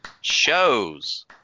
Shows